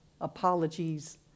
apologies